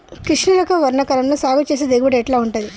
కృష్ణ రకం వర్ష కాలం లో సాగు చేస్తే దిగుబడి ఎట్లా ఉంటది?